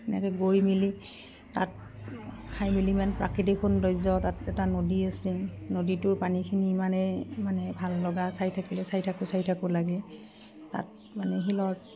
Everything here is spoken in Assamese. এনেকে গৈ মেলি তাত খাই মেলি ইমান প্ৰাকৃতিক সৌন্দৰ্য তাত এটা নদী আছে নদীটোৰ পানীখিনি ইমানে ইমানে ভাল লগা চাই থাকিলে চাই থাকো চাই থাকো লাগে তাত মানে শিলত